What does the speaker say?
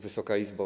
Wysoka Izbo!